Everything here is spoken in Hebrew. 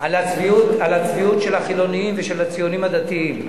על הצביעות של החילונים ושל הציונים הדתיים.